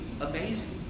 amazing